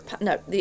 No